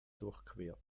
durchquert